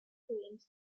creams